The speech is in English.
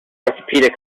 orthopaedic